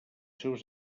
seus